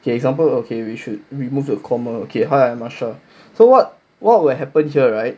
okay example okay we should remove the comma okay hi name so what what will happen here right